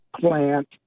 plant